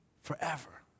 Forever